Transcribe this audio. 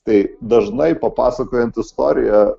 tai dažnai papasakojant istoriją